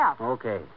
Okay